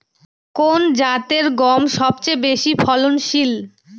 কোন জাতের গম সবথেকে বেশি ফলনশীল?